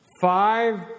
Five